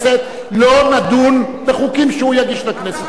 לא נדון בחוקים שהוא יגיש לכנסת.